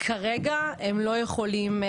כרגע הם לא יכולים,